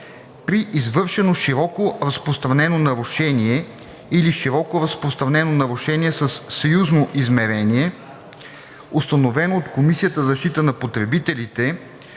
При извършено широко разпространено нарушение или широко разпространено нарушение със съюзно измерение, установено от Комисията за защита на потребителите,